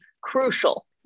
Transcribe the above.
crucial